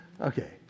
Okay